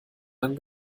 dann